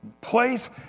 place